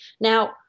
Now